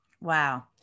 Wow